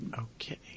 Okay